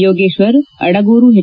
Yogeshwar Adagur ಹೆಚ್